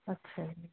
ਅੱਛਾ ਜੀ